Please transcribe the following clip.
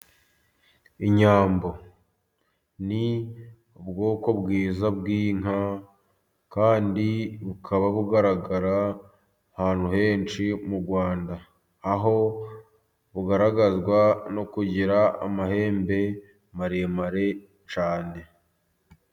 Inyambo ni ubwoko bwiza bw'inka kandi bukaba bugaragara ahantu henshi mu Rwanda, aho bugaragazwa no kugira amahembe maremare cyane.